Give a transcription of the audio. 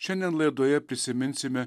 šiandien laidoje prisiminsime